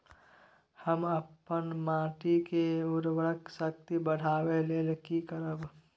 हम अपन माटी के उर्वरक शक्ति बढाबै लेल की करब?